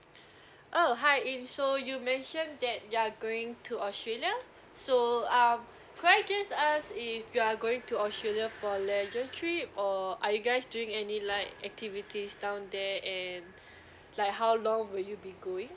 oh hi yun so you mentioned that you are going to australia so um could I just ask if you are going to australia for leisure trip or are you guys doing any like activities down there and like how long will you be going